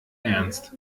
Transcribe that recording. ernst